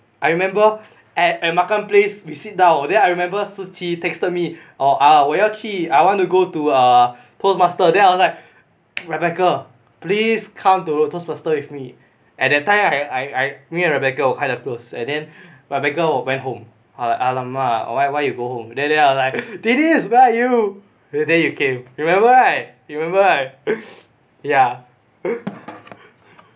I remember at at makan place we sit down then I remember shi qi texted me uh ah 我要去 I want to go to err toastmasters then I was like rebecca please come to toastmasters with me at that time I I I me and rebecca were kind of close and then rebecca went back home !alamak! why why you go home then then I was like denise where you then you came remember right you remember right ya